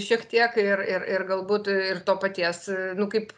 šiek tiek ir ir ir galbūt ir to paties nu kaip